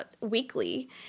weekly